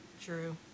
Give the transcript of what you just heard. True